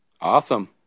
awesome